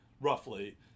roughly